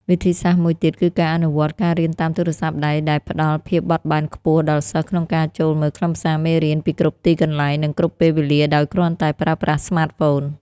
វិធីសាស្ត្រមួយទៀតគឺការអនុវត្ត ការរៀនតាមទូរសព្ទដៃ ដែលផ្តល់ភាពបត់បែនខ្ពស់ដល់សិស្សក្នុងការចូលមើលខ្លឹមសារមេរៀនពីគ្រប់ទីកន្លែង និងគ្រប់ពេលវេលាដោយគ្រាន់តែប្រើប្រាស់ស្មាតហ្វូន។